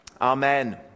Amen